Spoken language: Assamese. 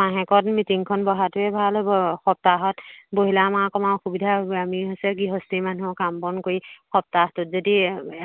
মাহেকত মিটিঙখন বহাটোৱে ভাল হ'ব সপ্তাহত বহিলে আমা অকমান অসুবিধা হ'ব আমি হৈছে গৃহস্থী মানুহ কাম বন কৰি সপ্তাহটোত যদি